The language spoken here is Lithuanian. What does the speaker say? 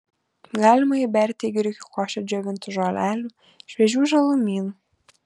galima įberti į grikių košę džiovintų žolelių šviežių žalumynų